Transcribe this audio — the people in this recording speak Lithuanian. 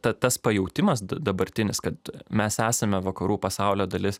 ta tas pajautimas dabartinis kad mes esame vakarų pasaulio dalis